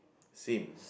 same